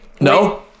no